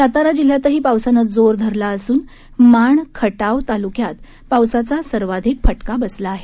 सातारा जिल्ह्यातही पावसानं जोर धरला असून माण खटाव तालुक्यात पावसाचा सर्वाधिक फटका बसला आहे